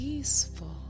Peaceful